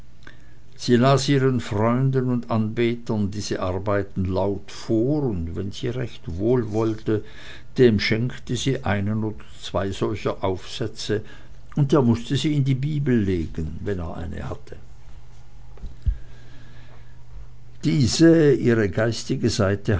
sie las ihren freunden und anbetern diese arbeiten laut vor und wem sie recht wohlwollte dem schenkte sie einen oder zwei solcher aufsätze und der mußte sie in die bibel legen wenn er eine hatte diese ihre geistige seite